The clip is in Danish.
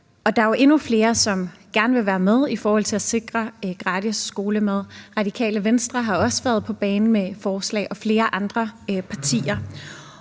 er jo endnu flere, som gerne vil være med til at sikre gratis skolemad. Radikale Venstre har også været på banen med forslag, og der er flere andre partier.